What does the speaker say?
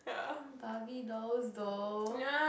Barbie dolls though